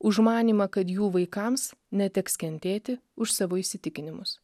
užmanymą kad jų vaikams neteks kentėti už savo įsitikinimus